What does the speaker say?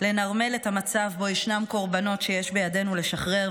לנרמל את המצב שבו ישנם קורבנות שיש בידנו לשחרר,